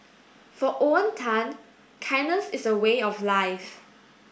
for Owen Tan kindness is a way of life